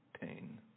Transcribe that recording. pain